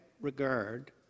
regard